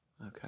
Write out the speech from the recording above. Okay